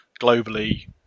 globally